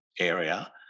area